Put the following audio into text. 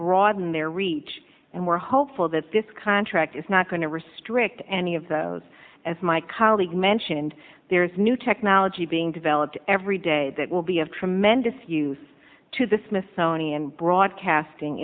broaden their reach and we're hopeful that this contract is not going to restrict any of those as my colleague mentioned there's new technology being developed every day that will be of tremendous use to this myth tony and broadcasting